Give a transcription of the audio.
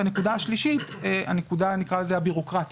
נקודה שלישית, נקרא לה הבירוקרטית.